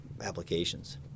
applications